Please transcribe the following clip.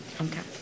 Okay